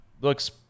looks